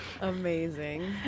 Amazing